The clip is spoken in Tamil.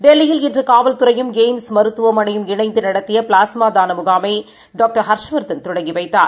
டெல்லியில்இன்று காவல்துறையும் எய்ம்ஸ்மருத்துவமனையும்இணைந்துநடத்தியபிளாஸ் மாதானம்முகாமைடாக்டர்ஹர்ஷ்வர்தன்தொடங்கிவைத் தார்